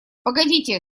погодите